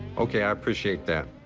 ok, i appreciate that.